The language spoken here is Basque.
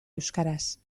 euskaraz